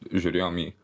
žiūrėjom į